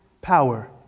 power